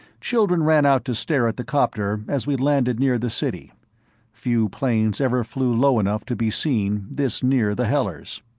children ran out to stare at the copter as we landed near the city few planes ever flew low enough to be seen, this near the hellers.